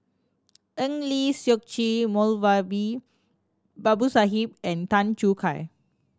Eng Lee Seok Chee Moulavi Babu Sahib and Tan Choo Kai